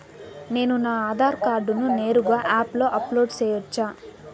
నేను నా ఆధార్ కార్డును నేరుగా యాప్ లో అప్లోడ్ సేయొచ్చా?